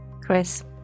chris